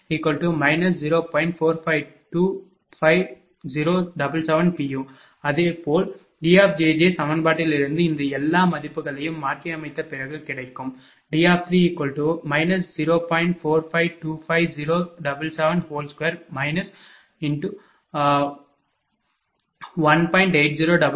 u அதுபோல D சமன்பாட்டிலிருந்து இந்த எல்லா மதிப்புகளையும் மாற்றியமைத்த பிறகு கிடைக்கும் D3 0